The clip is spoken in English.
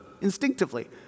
instinctively